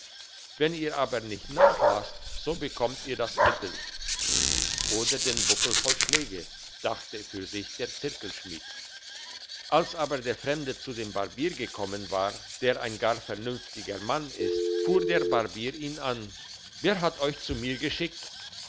wenn ihr aber nicht nachlasst so bekommt ihr das mittel oder den buckel voll schläge dachte für sich der zirkelschmied als aber der fremde zu dem barbier gekommen war der ein gar vernünftiger mann ist fuhr der barbier ihn an wer hat euch zu mir geschickt